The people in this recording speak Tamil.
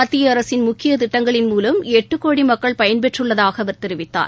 மத்திய அரசின் முக்கிய திட்டங்களின் மூலம் ளட்டு கோடி மக்கள் பயன்பெற்றுள்ளதாக அவா் தெரிவித்தார்